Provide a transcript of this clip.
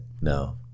No